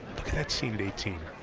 look at that scene at eighteen.